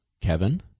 Kevin